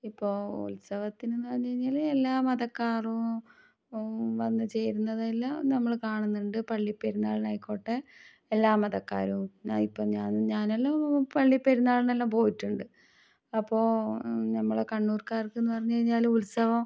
ഇപ്പോൾ ഉത്സവത്തിന് പറഞ്ഞ് കഴിഞ്ഞാൽ എല്ലാ മതക്കാരും വന്ന് ചേരുന്നതെല്ലാം നമ്മൾ കാണുന്നുണ്ട് പള്ളിപ്പെരുന്നാളിനായിക്കോട്ടെ എല്ലാ മതക്കാരും ഞാൻ ഇപ്പം ഞാനെല്ലാം പള്ളിപ്പെരുന്നാളിനെല്ലാം പോയിട്ടുണ്ട് അപ്പോൾ ഞമ്മൾ കണ്ണൂർക്കാർക്കെന്ന് പറഞ്ഞ് കഴിഞ്ഞാൽ ഉത്സവം